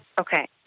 okay